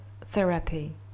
therapy